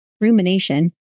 Rumination